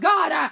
God